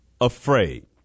afraid